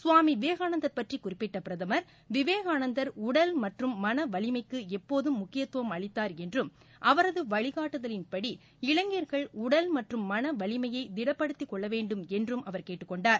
சுவாமி விவேகானந்தர் பற்றி குறிப்பிட்ட பிரதமர் விவேகானந்தர் உடல் மற்றும் மன வலிமைக்கு எப்போதும் முக்கியத்துவம் அளித்தார் என்றும் அவரது வழிகாட்டுதலின்படி இளைஞர்கள் உடல் மற்றும் மன வலிமையை திடப்படுத்திக் கொள்ள வேண்டும் என்றும் அவர் கேட்டுக் கொண்டார்